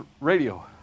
radio